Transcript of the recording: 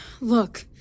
Look